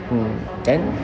mm then